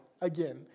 again